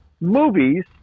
movies